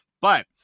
but-